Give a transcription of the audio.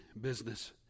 business